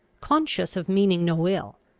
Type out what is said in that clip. conscious of meaning no ill,